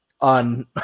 on